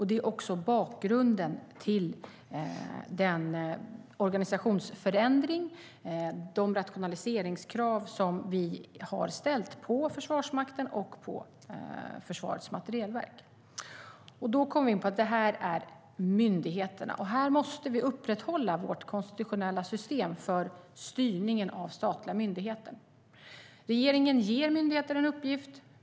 Det är också bakgrunden till den organisationsförändring och de rationaliseringskrav som vi har ställt på Försvarsmakten och Försvarets materielverk. Då kommer vi in på att det är myndigheter det handlar om. Vi måste upprätthålla vårt konstitutionella system för styrningen av statliga myndigheter. Regeringen ger myndigheten en uppgift.